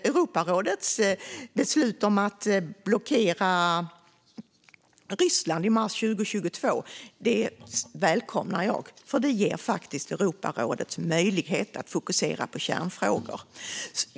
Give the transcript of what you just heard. Europarådets beslut att blockera Ryssland i mars 2022 välkomnar jag. Det ger Europarådet möjlighet att fokusera på kärnfrågor.